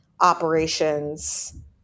operations